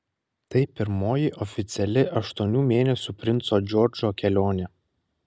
tai pirmoji oficiali aštuonių mėnesių princo džordžo kelionė